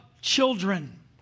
children